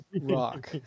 rock